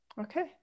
Okay